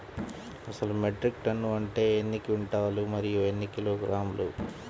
అసలు metric tonne అంటే ఎన్ని క్వింటాలు మరియు ఎన్ని కిలోగ్రాములు?